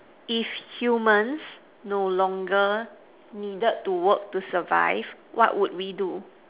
if you must no longer need to work to survive what would we do